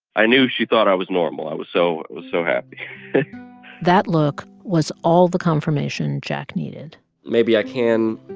i knew she thought i was normal. i was so was so happy that look was all the confirmation jack needed maybe i can